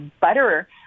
butter